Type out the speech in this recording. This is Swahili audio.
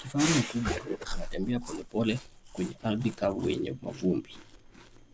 Kifaru mkubwa anatembea polepole kwenye ardhi kavu yenye mavumbi